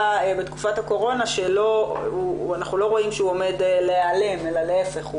בתקופת הקורונה שאנחנו לא רואים שהוא עומד להיעלם אלא להיפך,